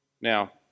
Now